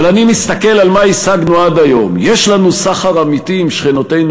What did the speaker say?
אבל אני מסתכל על מה שהשגנו עד היום: יש לנו סחר אמיתי עם שכנותינו,